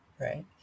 right